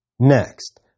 Next